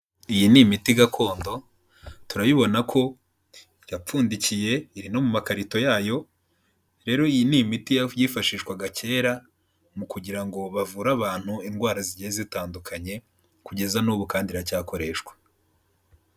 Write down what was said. Iyi ni imiti gakondo turabibona ko irapfundikiye iri no mu makarito yayo, rero iyi ni imiti yifashishwaga kera mu kugira ngo bavure abantu indwara zigiye zitandukanye kugeza n'ubu kandi iracyakoreshwa.